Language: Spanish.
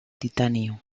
titanio